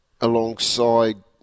alongside